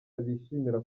bishimira